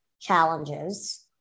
challenges